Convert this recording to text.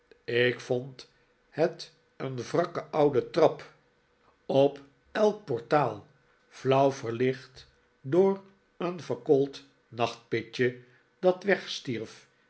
ik vond het een wrakke oude trap op elk portaal flauw verlicht door een verkoold nachtpitje dat wegstierf